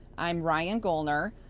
i'm ryan gollner,